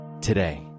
today